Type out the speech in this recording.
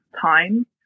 time